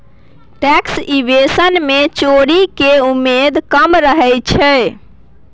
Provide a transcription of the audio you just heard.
tax evasion मे चोरी केर उमेद कम रहय छै